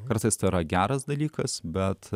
kartais tėra geras dalykas bet